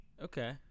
Okay